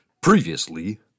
Previously